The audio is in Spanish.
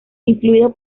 influido